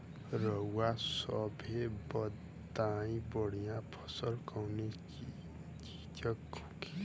रउआ सभे बताई बढ़ियां फसल कवने चीज़क होखेला?